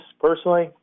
personally